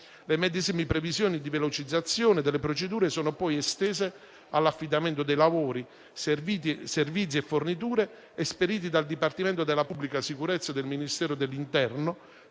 Le medesime previsioni di velocizzazione delle procedure sono poi estese all'affidamento dei lavori, servizi e forniture esperiti dal Dipartimento della pubblica sicurezza del Ministero dell'interno